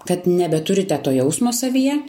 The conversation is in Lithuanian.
kad nebeturite to jausmo savyje